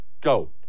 Go